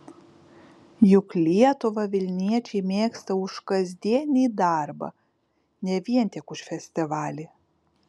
juk lietuvą vilniečiai mėgsta už kasdienį darbą ne vien tik už festivalį